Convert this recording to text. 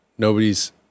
Nobody's